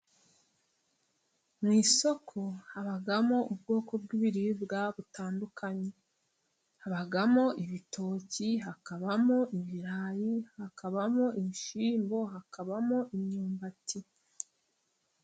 Mu isoko habamo ubwoko bw'ibiribwa butandukanye, habamo ibitoki hakabamo ibirayi, hakabamo ibishyimbo hakabamo imyumbati.